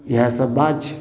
इहए सब बात छै